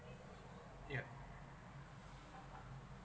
yeah